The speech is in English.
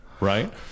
Right